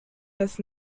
das